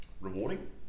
rewarding